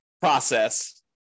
process